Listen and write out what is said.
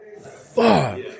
fuck